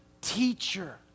teacher